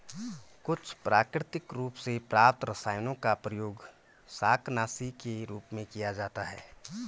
कुछ प्राकृतिक रूप से प्राप्त रसायनों का प्रयोग शाकनाशी के रूप में किया जाता है